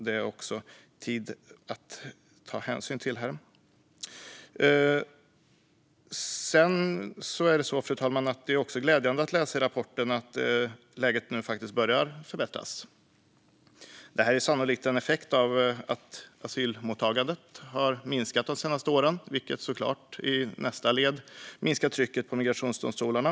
Det är också annat som tar tid som man måste ta hänsyn till. Fru talman! Det är också glädjande att läsa i rapporten att läget nu faktiskt börjar förbättras. Detta är sannolikt en effekt av att asylmottagandet har minskat de senaste åren, vilket såklart i nästa led minskar trycket på migrationsdomstolarna.